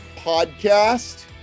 podcast